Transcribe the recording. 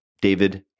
David